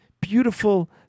beautiful